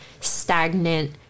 stagnant